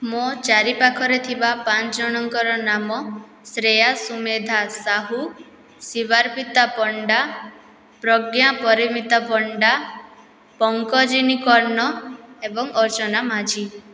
ମୋ ଚାରିପାଖରେ ଥିବା ପାଞ୍ଚଜଣଙ୍କର ନାମ ଶ୍ରେୟା ସୁମେଧା ସାହୁ ଶିର୍ବାରପିତା ପଣ୍ଡା ପ୍ରଜ୍ଞା ପରିମିତା ପଣ୍ଡା ପଙ୍କଜିନି କର୍ଣ୍ଣ ଏବଂ ଅର୍ଚ୍ଚନା ମାଝି